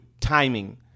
timing